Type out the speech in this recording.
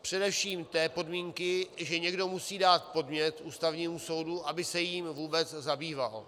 Především té podmínky, že někdo musí dát podnět k Ústavnímu soudu, aby se tím vůbec zabýval.